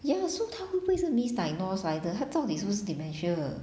ya so 他会不会是 misdiagnosed 来的他到底是不是 dementia